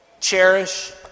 Cherish